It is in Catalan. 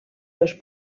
dos